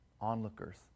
onlookers